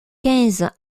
quinze